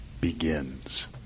begins